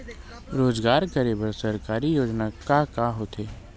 रोजगार करे बर सरकारी योजना का का होथे?